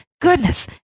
Goodness